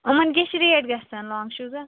یِمَن کیٛاہ چھِ ریٹ گَژھان لانٛگ شوٗزَن